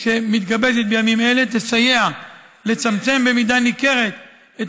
המתגבשת בימים אלה תסייע לצמצם במידה ניכרת את